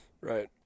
Right